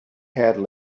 had